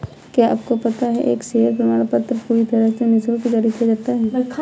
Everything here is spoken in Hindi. क्या आपको पता है एक शेयर प्रमाणपत्र पूरी तरह से निशुल्क जारी किया जाता है?